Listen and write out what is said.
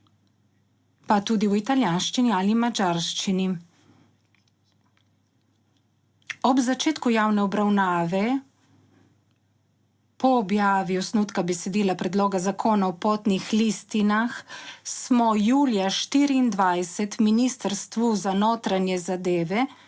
pa tudi v italijanščini ali madžarščini. Ob začetku javne obravnave, po objavi osnutka besedila Predloga Zakona o potnih listinah smo julija 2024 smo Ministrstvo za notranje zadeve